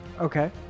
Okay